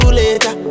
later